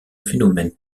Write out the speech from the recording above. phénomène